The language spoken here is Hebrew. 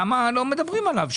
למה לא מדברים עליו,